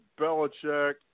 Belichick